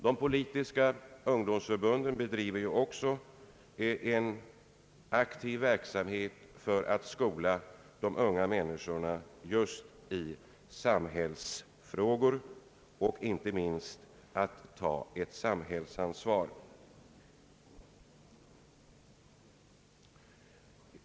De politiska ungdomsförbunden bedriver ju också en aktiv verksamhet för att skola de unga människorna just i samhällsfrågor, inte minst i att ta ett samhällsansvar.